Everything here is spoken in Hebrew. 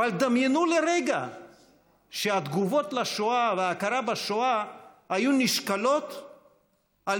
דמיינו לרגע שהתגובות לשואה וההכרה בשואה היו נשקלות על